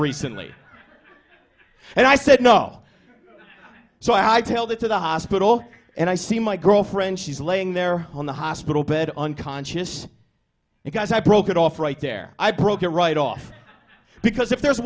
recently and i said no so i tell that to the hospital and i see my girlfriend she's laying there on the hospital bed unconscious because i broke it off right there i broke it right off because if there's